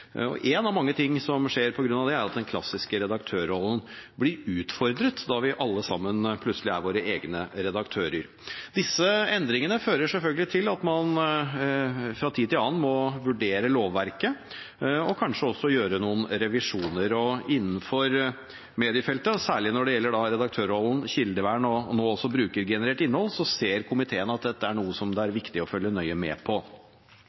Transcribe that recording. En av mange ting som skjer på grunn av det, er at den klassiske redaktørrollen blir utfordret, da vi alle sammen plutselig er våre egne redaktører. Disse endringene fører selvfølgelig til at man fra tid til annen må vurdere lovverket og kanskje også gjøre noen revisjoner. Innenfor mediefeltet, og særlig når det gjelder redaktørrollen, kildevern og nå også brukergenerert innhold, ser komiteen at det er viktig å følge nøye med på